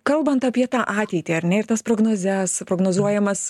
kalbant apie tą ateitį ar ne ir tas prognozes prognozuojamas